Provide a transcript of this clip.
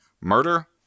Murder